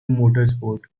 motorsport